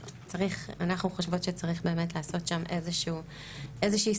אנחנו חושבות שצריך באמת לעשות שם איזושהי סטנדרטיזציה,